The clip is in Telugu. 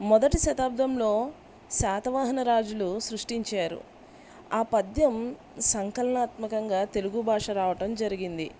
మొదటి శతాబ్దంలో శాతవాహన రాజులు సృష్టించారు ఆ పద్యం సంకలనాత్మకంగా తెలుగు భాష రావడం జరిగింది